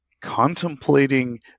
contemplating